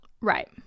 Right